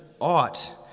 ought